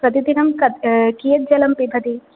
प्रतिदिनं कत् कियत् जलं पिबति